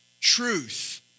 truth